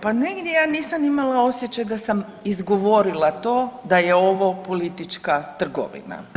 Pa nigdje ja nisam imala osjećaj da sam izgovorila to da je ovo politička trgovina.